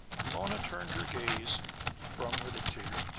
mona turned her gaze from the dictator,